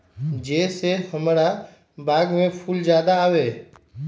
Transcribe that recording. जे से हमार बाग में फुल ज्यादा आवे?